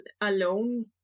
alone